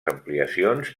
ampliacions